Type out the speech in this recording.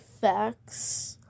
facts